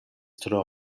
tro